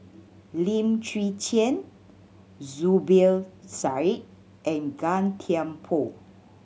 Lim Chwee Chian Zubir Said and Gan Thiam Poh